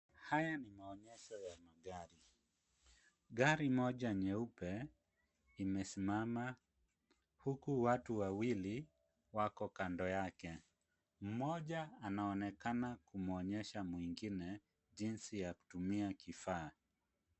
Haya ni maoneysho ya magari, gari moja nyeupe imesimama huku watu wawili wako kando yake, mmoja anaonekana kumuonyesha mwingine jinsi ya kutumia kifaa.